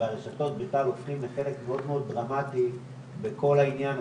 והרשתות בכלל הופכות לחלק דרמטי מאוד בכל העניין הזה.